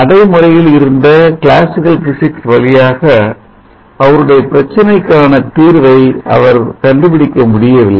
நடைமுறையிலிருந்த classical physics வழியாக அவருடைய பிரச்சனைக்கான தீர்வை அவர் கண்டுபிடிக்க முடியவில்லை